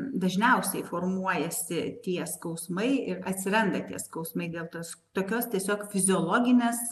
dažniausiai formuojasi tie skausmai ir atsiranda tie skausmai dėl tos tokios tiesiog fiziologinės